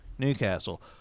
Newcastle